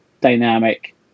dynamic